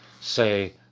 say